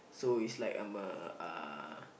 so it's like I'm a uh